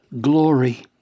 glory